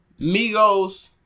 Migos